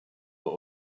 what